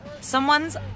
someone's